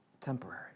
temporary